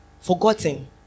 forgotten